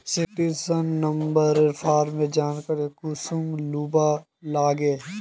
Sixteen number farmer जानकारी कुंसम लुबा लागे?